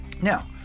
Now